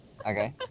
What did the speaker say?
Okay